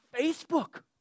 Facebook